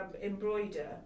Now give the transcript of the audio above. embroider